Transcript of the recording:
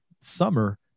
summer